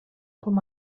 com